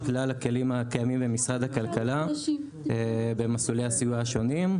כלל הכלים הקיימים במשרד הכלכלה במסלולי הסיוע השונים.